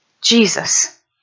Jesus